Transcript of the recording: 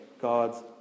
God's